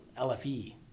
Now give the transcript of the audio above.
LFE